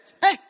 Hey